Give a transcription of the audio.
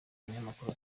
abanyamakuru